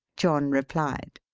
john replied.